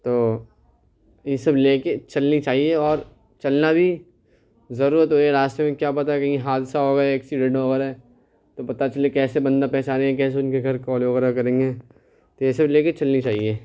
تو یہ سب لے کے چلنے چاہیے اور چلنا بھی ضرورت ہو گئی راستے میں کیا پتہ کہیں حادثہ ہو گیا ایکسیڈنٹ وغیرہ تو پتہ چلے کیسے بندہ پہچانے کیسے ان کے گھر کال وغیرہ کریں گے تو یہ سب لے کے چلنے چاہیے